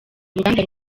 uruganda